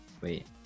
Wait